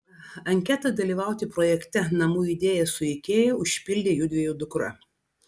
anketą dalyvauti projekte namų idėja su ikea užpildė judviejų dukra